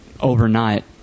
overnight